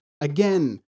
again